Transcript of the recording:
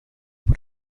por